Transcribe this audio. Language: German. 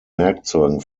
werkzeugen